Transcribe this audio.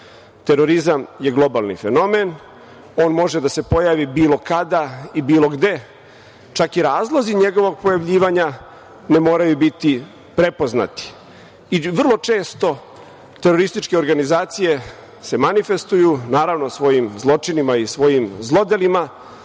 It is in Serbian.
Terorizam je globalni fenomen, on može da se pojavi bilo kada i bilo gde. Čak i razlozi njegovog pojavljivanja ne moraju biti prepoznati. Vrlo često terorističke organizacije se manifestuju, naravno, svojim zločinima i svojim zlodelima